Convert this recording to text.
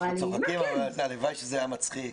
אנחנו צוחקים אבל הלוואי שזה היה מצחיק.